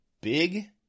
big